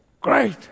Great